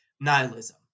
nihilism